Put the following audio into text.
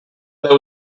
there